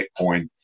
Bitcoin